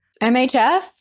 MHF